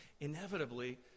inevitably